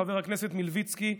חבר הכנסת מלביצקי,